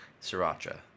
sriracha